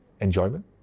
enjoyment